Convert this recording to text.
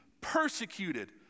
persecuted